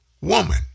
woman